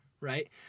right